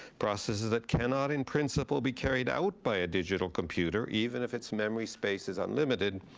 processes that cannot in principle be carried out by a digital computer, even if its memory space is unlimited,